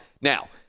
Now